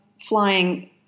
flying